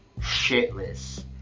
shitless